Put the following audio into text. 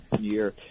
year